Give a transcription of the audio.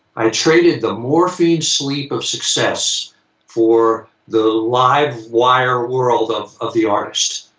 i traded the morphine sleep of success for the livewire world of of the artist.